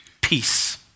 peace